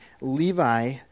Levi